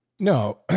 no,